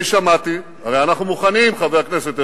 הרי אנחנו מוכנים, חבר הכנסת הרצוג.